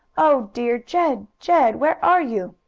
oh dear! jed! jed! where are you?